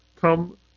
come